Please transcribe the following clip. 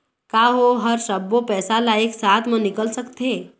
का ओ हर सब्बो पैसा ला एक साथ म निकल सकथे?